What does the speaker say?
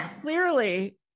Clearly